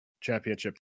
championship